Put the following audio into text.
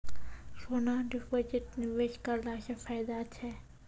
सोना deposit निवेश करला से फैदा छै?